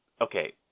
okay